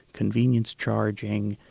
convenience charging,